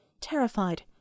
terrified